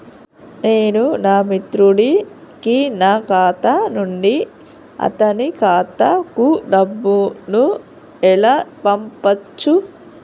నేను నా మిత్రుడి కి నా ఖాతా నుండి అతని ఖాతా కు డబ్బు ను ఎలా పంపచ్చు?